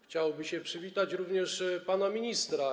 Chciałoby się przywitać również pana ministra.